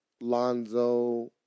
Lonzo